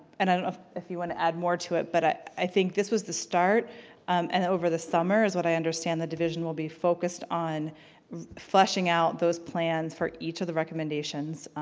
and i don't know if you want to add more to it, but i think this was the start and over the summer is what i understand the division will be focused on fleshing out those plans for each of the recommendations.